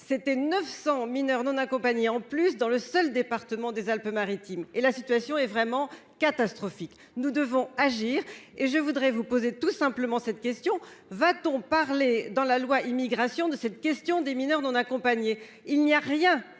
c'était 900 mineurs non accompagnés en plus dans le seul département des Alpes-Maritimes et la situation est vraiment catastrophique. Nous devons agir et je voudrais vous poser tout simplement cette question, va-t-on parler dans la loi immigration de cette question des mineurs non accompagnés. Il n'y a rien